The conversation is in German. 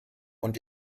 und